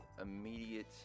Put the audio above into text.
immediate